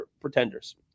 pretenders